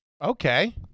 Okay